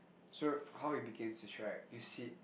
so how it begins is right you sit